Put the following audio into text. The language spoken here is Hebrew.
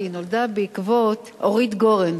כי היא נולדה בעקבות אורית גורן.